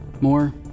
More